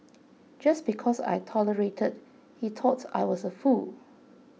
just because I tolerated he thought I was a fool